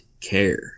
care